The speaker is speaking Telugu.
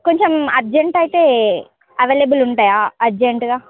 కొంచెం అర్జెంట్ అయితే అవైలబుల్ ఉంటయా అర్జెంట్గా